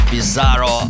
Bizarro